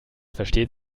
versteht